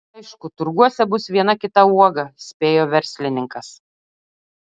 aišku turguose bus viena kita uoga spėjo verslininkas